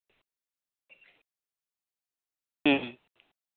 ᱦᱩᱸ